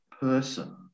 person